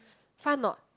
fun not